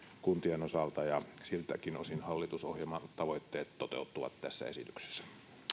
kuntien osalta ja siltäkin osin hallitusohjelman tavoitteet toteutuvat tässä esityksessä